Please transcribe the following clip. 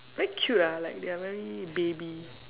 very cute ah like they are very baby